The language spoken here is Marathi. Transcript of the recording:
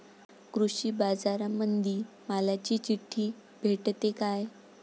कृषीबाजारामंदी मालाची चिट्ठी भेटते काय?